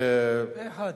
פה-אחד.